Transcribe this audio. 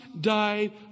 died